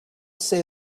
say